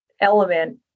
element